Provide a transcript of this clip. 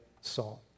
saw